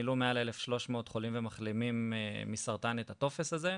מילאו מעל 1,300 חולים ומחלימים מסרטן את הטופס הזה,